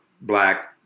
black